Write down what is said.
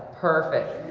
perfect.